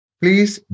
please